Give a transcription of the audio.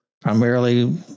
primarily